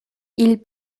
ils